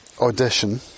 audition